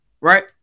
right